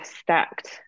stacked